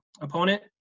opponent